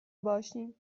باشیم